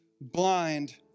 blind